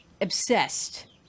obsessed